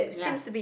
yeah